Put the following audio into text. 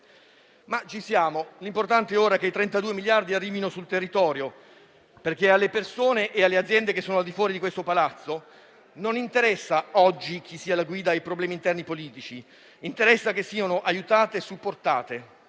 Ma ci siamo; l'importante ora è che i 32 miliardi arrivino sul territorio, perché alle persone e alle aziende che sono al di fuori di questo Palazzo non interessa chi sia oggi alla guida o i problemi politici interni, ma interessa che siano aiutate e supportate.